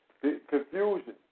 confusion